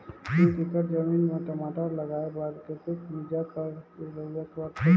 एक एकड़ जमीन म टमाटर लगाय बर कतेक बीजा कर जरूरत पड़थे?